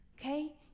Okay